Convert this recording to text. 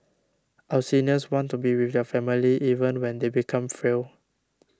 our seniors want to be with their family even when they become frail